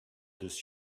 this